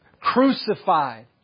crucified